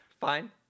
Fine